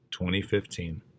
2015